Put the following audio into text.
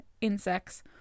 insects